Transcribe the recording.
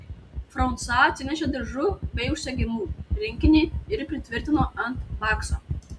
fransua atsinešė diržų bei užsegimų rinkinį ir pritvirtino ant bakso